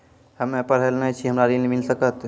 हम्मे पढ़ल न छी हमरा ऋण मिल सकत?